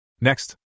Next